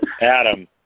Adam